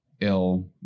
ill